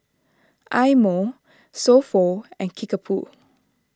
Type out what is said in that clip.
Eye Mo So Pho and Kickapoo